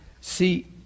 See